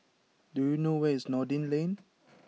do you know where is Noordin Lane